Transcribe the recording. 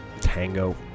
tango